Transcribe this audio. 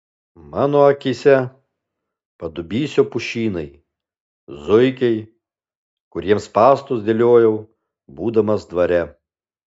mano akyse padubysio pušynai zuikiai kuriems spąstus dėliojau būdamas dvare